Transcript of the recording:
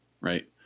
Right